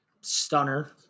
Stunner